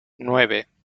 nueve